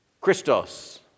Christos